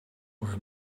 where